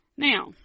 Now